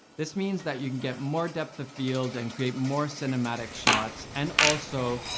this means that you can get more depth of field, and create more cinematic shots, and also,